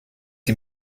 sie